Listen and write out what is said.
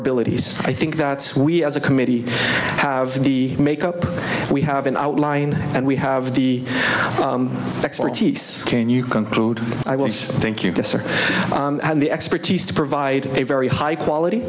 abilities i think that we as a committee have the make up we have an outline and we have the expertise can you conclude i want to thank you guesser the expertise to provide a very high quality